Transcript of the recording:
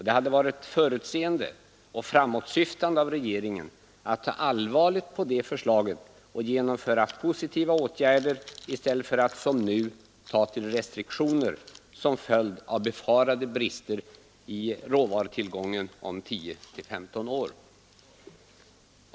Det hade varit förutseende och framåtsyftande av regeringen att ta allvarligt på detta förslag och genomföra positiva åtgärder i stället för att som nu ta till restriktioner som följd av befarade brister i råvarutillgången om 10—15 år.